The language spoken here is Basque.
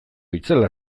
itzela